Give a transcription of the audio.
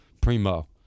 Primo